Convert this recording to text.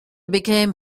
became